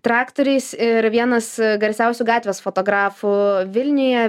traktoriais ir vienas garsiausių gatvės fotografų vilniuje